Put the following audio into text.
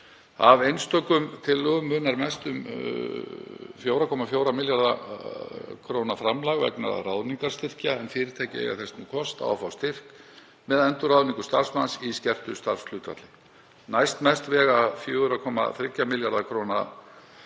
Af einstökum tillögum munar mest um 4,4 milljarða kr. framlag vegna ráðningarstyrkja, en fyrirtæki eiga þess nú kost að fá styrk með endurráðningu starfsmanns í skertu starfshlutfalli. Næstmest vegur 4,3 milljarða kr. framlag